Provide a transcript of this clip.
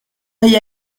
hay